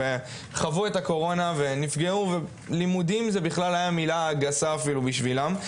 וחוו את הקורונה ונפגעו לימודים זו מילה גסה אפילו בשבילם.